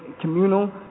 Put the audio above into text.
communal